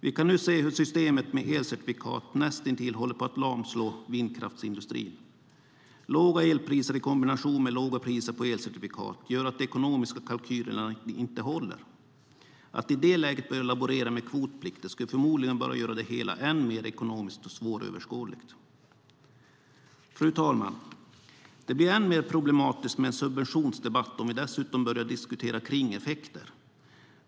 Vi kan nu se hur systemet med elcertifikat näst intill håller på att lamslå vindkraftsindustrin. Låga elpriser i kombination med låga priser på elcertifikat gör att de ekonomiska kalkylerna inte håller. Att i det läget börja laborera med kvotplikter skulle förmodligen bara göra det hela än mer ekonomiskt svåröverskådligt. Fru talman! Det blir än mer problematiskt med en subventionsdebatt om vi dessutom börjar diskutera kringeffekter.